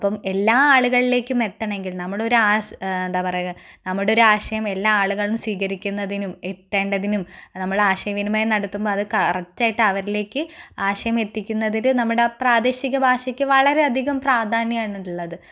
അപ്പം എല്ലാ ആളുകളിലേക്കും എത്തണമെങ്കിൽ നമ്മൾ ഒരു എന്താണ് പറയുക നമ്മുടെ ഒരു ആശയം എല്ലാ ആളുകളും സ്വീകരിക്കുന്നതിനും എത്തേണ്ടതിനും നമ്മൾ ആശയ വിനിമയം നടത്തുമ്പോൾ അത് കറക്റ്റായിട്ട് അവരിലേക്ക് ആശയം എത്തിക്കുന്നതിന് നമ്മുടെ പ്രാദേശിക ഭാഷയ്ക്ക് വളരെ അധികം പ്രാധാന്യം ആണ് ഉള്ളത്